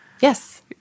Yes